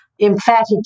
emphatic